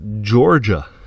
Georgia